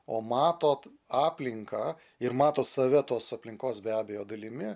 o matot aplinką ir mato save tos aplinkos be abejo dalimi